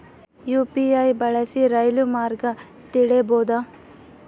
UPI ಬಳಸಿ ರೈಲು ಮಾರ್ಗ ತಿಳೇಬೋದ?